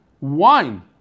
Wine